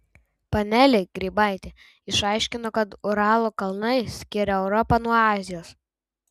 panelė grybaitė išaiškino kad uralo kalnai skiria europą nuo azijos